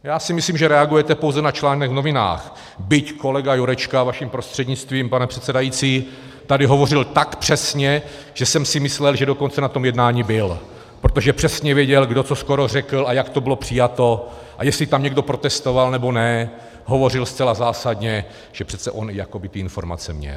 Já si myslím, že reagujete pouze na článek v novinách, byť kolega Jurečka vaším prostřednictvím, pane předsedající, tady hovořil tak přesně, že jsem si myslel, že dokonce na tom jednání byl, protože přesně věděl, kdo co skoro řekl a jak to bylo přijato a jestli tam někdo protestoval, nebo ne, hovořil zcela zásadně, že přece on jako by ty informace měl.